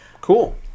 cool